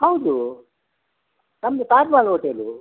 ಹೌದು ನಮ್ಮದು ತಾಜ್ ಮಹಲ್ ಹೋಟೆಲು